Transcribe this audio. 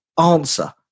answer